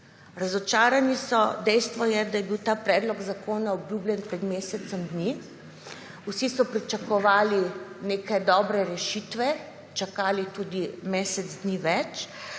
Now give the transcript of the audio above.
Razočarani so. Dejstvo je, da je bil ta predlog zakona obljubljen pred mesecem dni. Vsi so pričakovali neke dobre rešitve, čakali tudi mesec dni več.